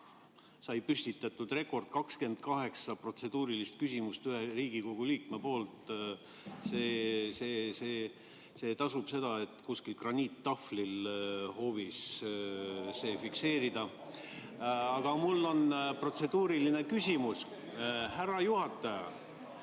sai püstitatud rekord: 28 protseduurilist küsimust ühelt Riigikogu liikmelt. See tasub seda, et kuskil graniittahvlil hoovis see fikseerida. Aga mul on protseduuriline küsimus. (Sumin